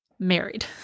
married